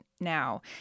now